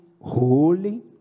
holy